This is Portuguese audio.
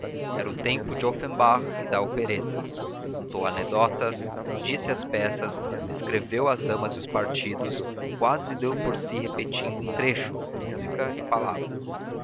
era o tempo de offenbach e da opereta contou anedotas disse as peças descreveu as damas e os partidos quase deu por si repetindo um trecho música e palavras